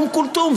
אום כולתום,